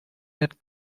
that